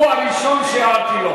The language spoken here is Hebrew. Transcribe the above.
הערתי לו